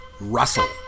Russell